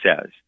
says